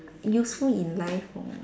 useful in life or